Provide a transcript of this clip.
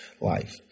life